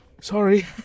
Sorry